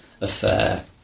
affair